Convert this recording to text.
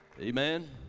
Amen